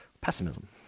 pessimism